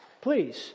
please